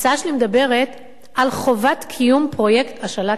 ההצעה שלי מדברת על חובת קיום פרויקט השאלת